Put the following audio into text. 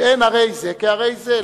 שאין הרי זה כהרי זה.